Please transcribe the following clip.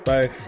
Bye